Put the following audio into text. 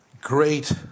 Great